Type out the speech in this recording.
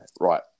right